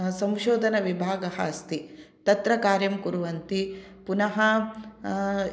संशोधनविभागः अस्ति तत्र कार्यं कुर्वन्ति पुनः